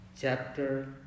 Chapter